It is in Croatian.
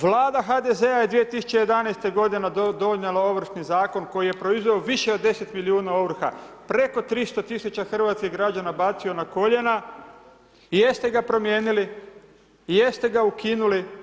Vlada HDZ-a je 2011. g. donijela Ovršni zakon, koji je proizveo više od 10 milijuna ovrha, preko 300 tisuća hrvatskih građana bacio na koljena, i jeste ga promijenili, jeste ga ukinuli?